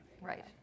Right